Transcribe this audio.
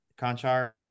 Conchar